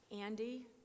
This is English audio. Andy